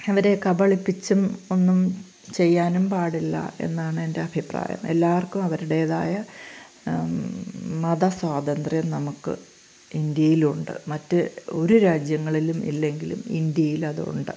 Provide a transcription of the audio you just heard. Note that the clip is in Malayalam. അവരെ കബളിപ്പിച്ചും ഒന്നും ചെയ്യാനും പാടില്ല എന്നാണെൻ്റെ അഭിപ്രായം എല്ലാവർക്കും അവരുടേതായ മതസ്വാതന്ത്ര്യം നമുക്ക് ഇന്ത്യയിലുണ്ട് മറ്റ് ഒരു രാജ്യങ്ങളിലും ഇല്ലെങ്കിലും ഇന്ത്യയിലത് ഉണ്ട്